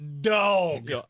dog